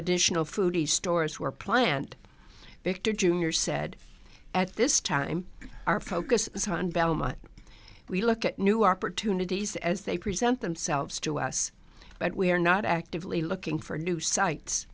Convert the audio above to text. additional food stores were planned victor jr said at this time our focus is on belmont we look at new opportunities as they present themselves to us but we are not actively looking for new sites